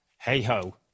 hey-ho